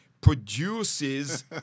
produces